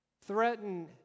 threaten